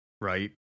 Right